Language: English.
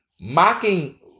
mocking